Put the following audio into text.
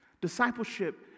Discipleship